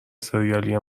ســریالی